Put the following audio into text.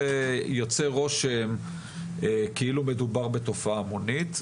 זה יוצר רושם כאילו מדובר בתופעה המונית,